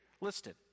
listed